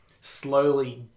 slowly